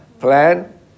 plan